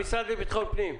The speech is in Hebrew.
המשרד לביטחון פנים.